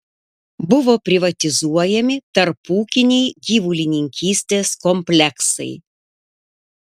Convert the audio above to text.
buvo privatizuojami tarpūkiniai gyvulininkystės kompleksai